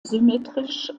symmetrisch